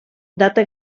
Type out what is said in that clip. data